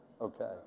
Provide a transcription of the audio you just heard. Okay